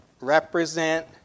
represent